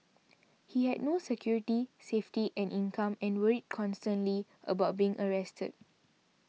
he had no security safety and income and worried constantly about being arrested